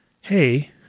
hey